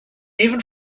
even